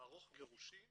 לערוך גירושין